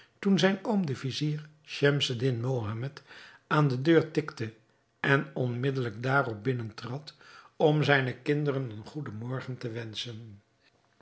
toen zijn oom de vizier schemseddin mohammed aan de deur tikte en onmiddelijk daarop binnen trad om zijne kinderen een goeden morgen te wenschen